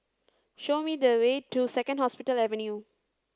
show me the way to Second Hospital Avenue